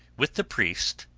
with the priest,